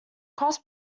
cross